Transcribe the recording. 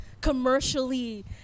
commercially